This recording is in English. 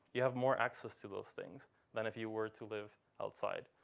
you have more access to those things than if you were to live outside.